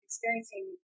Experiencing